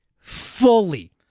fully